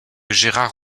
gérard